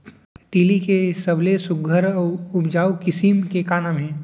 तिलि के सबले सुघ्घर अऊ उपजाऊ किसिम के नाम का हे?